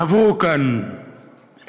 חברו כאן אגו,